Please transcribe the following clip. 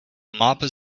maple